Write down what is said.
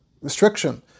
restriction